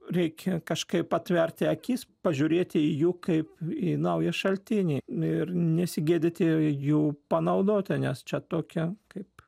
reikia kažkaip atverti akis pažiūrėti į jų kaip į naują šaltinį ir nesigėdyti jų panaudoti nes čia tokia kaip